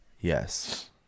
Yes